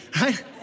right